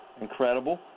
incredible